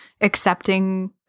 accepting